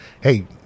hey